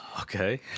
Okay